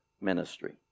ministry